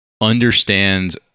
understands